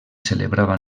celebrava